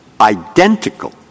identical